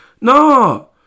No